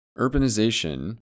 Urbanization